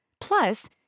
Plus